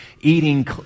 eating